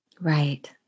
Right